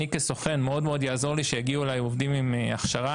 אני כסוכן מאוד יעזור לי שיגיעו אליי עובדים עם הכשרה,